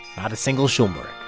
not a single schulmerich